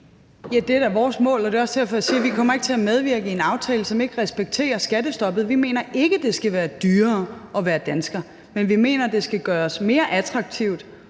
det er da vores mål. Det er også derfor, jeg siger, at vi ikke kommer til at medvirke til en aftale, som ikke respekterer skattestoppet. Vi mener ikke, at det skal være dyrere at være dansker, men vi mener, at det skal gøres mere attraktivt